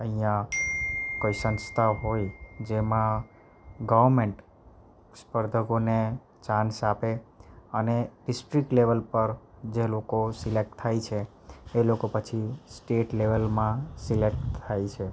અહીંયા કોઈ સંસ્થા હોય જેમાં ગવમેન્ટ સ્પર્ધકોને ચાન્સ આપે અને ડીસ્ટ્રીક લેવલ પર જે લોકો સિલેક્ટ થાય છે એ લોકો પછી સ્ટેટ લેવલમાં સિલેક્ટ થાય છે